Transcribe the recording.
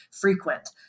frequent